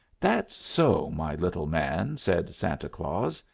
that's so, my little man, said santa claus,